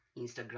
Instagram